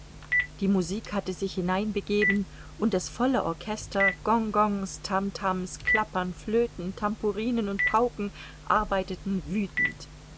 die musik hatte sich hineinbegeben und das volle orchester gong gongs tam tams klappern flöten tamburinen und pauken arbeiteten wüthend